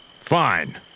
Fine